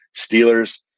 Steelers